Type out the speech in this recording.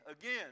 again